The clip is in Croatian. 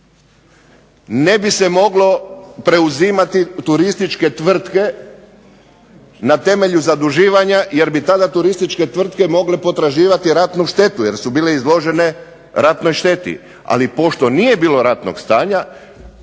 Ne bi se moglo preuzimati turističke tvrtke na temelju zaduživanja jer bi tada turističke tvrtke mogle potraživati ratnu štetu jer su bile izložene ratnoj šteti. Ali, pošto nije bilo ratnog stanja